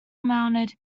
mounted